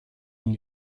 une